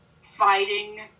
fighting